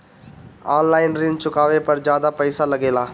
आन line ऋण चुकावे पर ज्यादा पईसा लगेला?